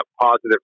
positive